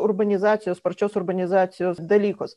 urbanizacijos sparčios urbanizacijos dalykus